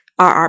RR